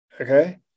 okay